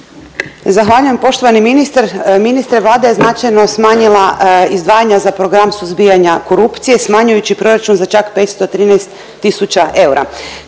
Zahvaljujem. Poštovani ministre, Vlada je značajno smanjila izdvajanja za program suzbijanja korupcije smanjujući proračun za čak 513 tisuća eura.